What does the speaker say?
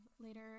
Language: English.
later